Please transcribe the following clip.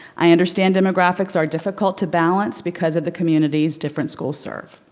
i understand demographics are difficult to balance because of the communities different schools serve.